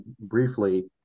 briefly